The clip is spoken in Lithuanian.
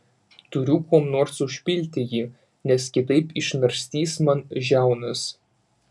turiu kuom nors užpilti jį nes kitaip išnarstys man žiaunas